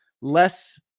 less